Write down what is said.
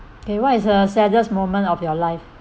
okay what is the saddest moment of your life